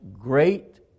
great